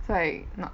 right not